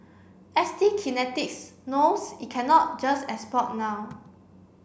S T Kinetics knows it cannot just export now